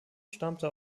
stammte